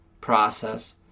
Process